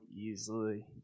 easily